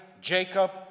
Jacob